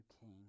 king